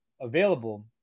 available